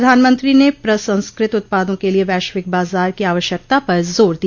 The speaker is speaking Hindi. प्रधानमंत्री ने प्रसंस्कृत उत्पादों के लिए वैश्विक बाजार को आवश्यकता पर जोर दिया